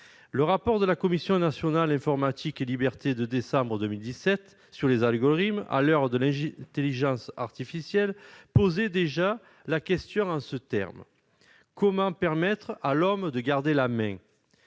Le rapport de la Commission nationale de l'informatique et des libertés de décembre 2017 sur les algorithmes à l'heure de l'intelligence artificielle posait déjà la question en ces termes : comment permettre à l'homme de garder la main ?